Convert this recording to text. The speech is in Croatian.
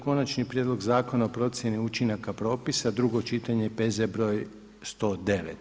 Konačni prijedlog zakona o procjeni učinaka propisa, drugo čitanje, P.Z. br. 109.